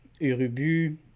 Urubu